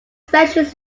expansion